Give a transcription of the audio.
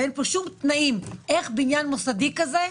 אין כאן שום תנאים איך בניין מוסדי כזה מנוהל,